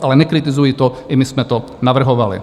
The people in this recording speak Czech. Ale nekritizuji to, i my jsme to navrhovali.